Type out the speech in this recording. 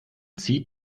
zieht